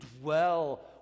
dwell